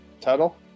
title